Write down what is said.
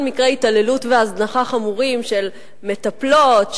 מקרי התעללות והזנחה חמורים של מטפלות,